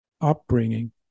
upbringing